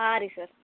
ಹಾಂ ರೀ ಸರ್